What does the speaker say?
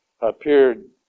appeared